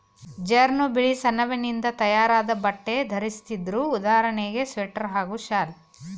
ಜನ್ರು ಬಿಳಿಸೆಣಬಿನಿಂದ ತಯಾರಾದ್ ಬಟ್ಟೆ ಧರಿಸ್ತಿದ್ರು ಉದಾಹರಣೆಗೆ ಸ್ವೆಟರ್ ಹಾಗೂ ಶಾಲ್